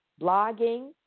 blogging